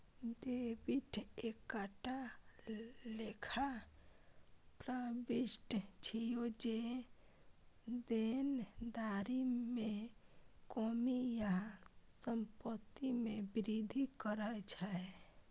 debit एकटा लेखा प्रवृष्टि छियै, जे देनदारी मे कमी या संपत्ति मे वृद्धि करै छै